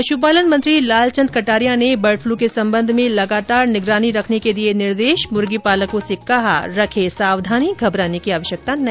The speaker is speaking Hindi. पशुपालन मंत्री लालचंद कटारिया ने बर्ड फलू के संबंध में लगातार निगरानी रखने के दिए निर्देश मुर्गीपालकों से कहा रखें सावधानी घबराने की आवश्यकता नहीं